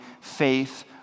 faith